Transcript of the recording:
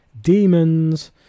demons